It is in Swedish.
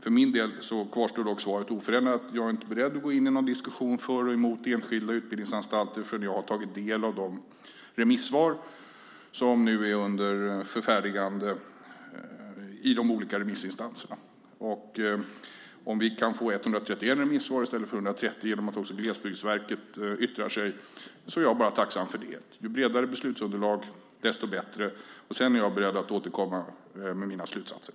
För min del kvarstår dock svaret oförändrat. Jag är inte beredd att gå in i någon diskussion för eller emot enskilda utbildningsanstalter förrän jag har tagit del av de remissvar som nu är under förfärdigande i de olika remissinstanserna. Om vi kan få 131 remissvar i stället för 130 genom att också Glesbygdsverket yttrar sig är jag bara tacksam för det. Ju bredare beslutsunderlag desto bättre. Sedan är jag beredd att återkomma med mina slutsatser.